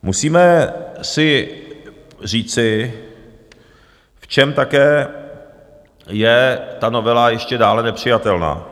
Musíme si říci, v čem také je ta novela ještě dále nepřijatelná.